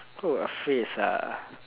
oh a phrase ah